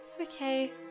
okay